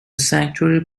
sanctuary